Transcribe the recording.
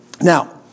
Now